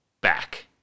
back